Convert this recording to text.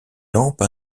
lampes